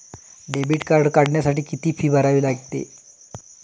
Debit card काढण्यासाठी किती fee भरावी लागते?